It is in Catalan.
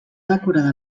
decorada